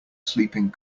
sleeping